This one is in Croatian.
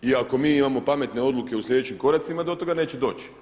I ako mi imamo pametne odluke u sljedećim koracima do toga neće doći.